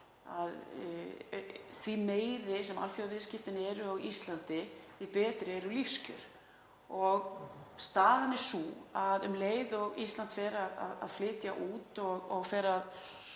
að því meiri sem alþjóðaviðskipti eru á Íslandi, því betri verði lífskjör. Staðan er sú að um leið og Ísland fer að flytja út og gera